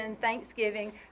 thanksgiving